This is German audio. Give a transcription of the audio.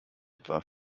etwa